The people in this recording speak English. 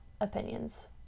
opinions